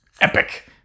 epic